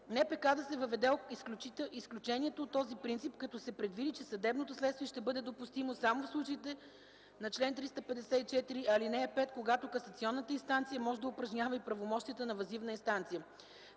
кодекс да се въведе изключението от този принцип, като се предвиди, че съдебното следствие ще бъде допустимо само в случаите на чл. 354, ал. 5, когато касационната инстанция може да упражнява и правомощията на въззивна инстанция.